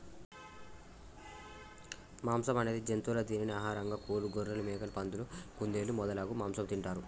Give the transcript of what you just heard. మాంసం అనేది జంతువుల దీనిని ఆహారంగా కోళ్లు, గొఱ్ఱెలు, మేకలు, పందులు, కుందేళ్లు మొదలగు మాంసం తింటారు